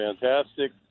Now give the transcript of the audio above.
fantastic